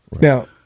Now